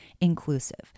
inclusive